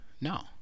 no